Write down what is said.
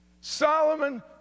Solomon